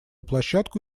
площадку